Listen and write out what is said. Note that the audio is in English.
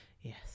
Yes